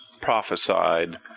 prophesied